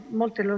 molte